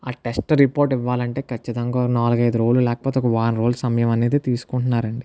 ఆ test report ఇవ్వాలంటే ఖచ్చితంగా నాలుగు ఐదు రోజులు లేకపోతే ఒక వారం రోజులు సమయం అనేది తీసుకుంటున్నారండి